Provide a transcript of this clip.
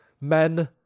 men